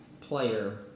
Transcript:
player